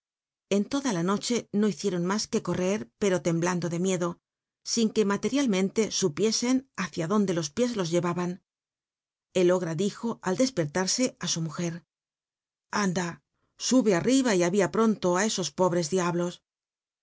en loda la noche no hicieron mas cjuc correr pero lcmhlatulo de micdu y sin iiic malerialmcnlc upicscn hitcia dtíntlc los piés los llevaban el ogra dijo al dcsperlar c á su mujer nda subo arri ba l ada pronto á c o pobres diablos la